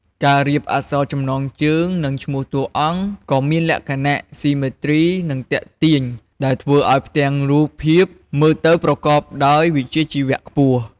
ការរៀបអក្សរចំណងជើង និងឈ្មោះតួអង្គក៏មានលក្ខណៈ ស៊ីមេទ្រី និងទាក់ទាញ ដែលធ្វើឱ្យផ្ទាំងរូបភាពមើលទៅប្រកបដោយវិជ្ជាជីវៈខ្ពស់ ។